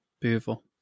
Beautiful